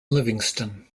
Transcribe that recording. livingston